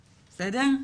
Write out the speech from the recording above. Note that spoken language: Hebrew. בסדר?